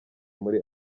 muri